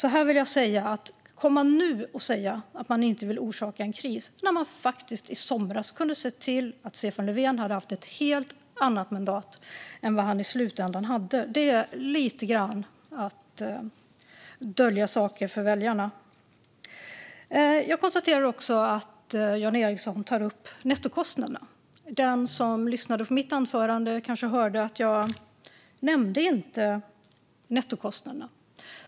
Det är lite grann att dölja saker för väljarna att nu komma och säga att man inte vill orsaka en kris när man i somras faktiskt hade kunnat se till att Stefan Löfven hade haft ett helt annat mandat än vad han i slutändan fick. Jag konstaterar att Jan Ericson tar upp nettokostnaderna. Den som lyssnade på mitt anförande kanske hörde att jag inte nämnde nettokostnaderna.